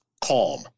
calm